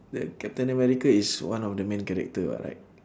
the captain america is one of the main character [what] right